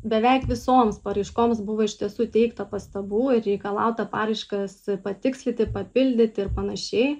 beveik visoms paraiškoms buvo iš tiesų teikta pastabų ir reikalauta paraiškas patikslinti papildyti ir panašiai